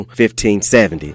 1570